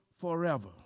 forever